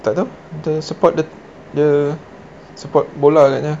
tak tahu untuk support the the support bola agaknya